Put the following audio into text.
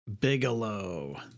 Bigelow